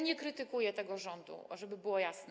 Nie krytykuję tego rządu, żeby było jasne.